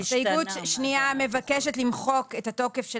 הסתייגות שנייה מבקשת למחוק את התוקף של